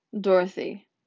Dorothy